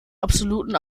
absoluten